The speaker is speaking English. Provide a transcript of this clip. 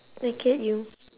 I get you